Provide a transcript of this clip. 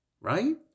right